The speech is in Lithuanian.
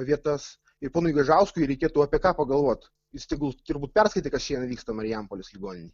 vietas ir ponui gaižauskui reikėtų apie ką pagalvot jis tegul turbūt perskaitė kad šiandien vyksta marijampolės ligoninėj